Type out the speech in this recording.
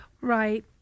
Right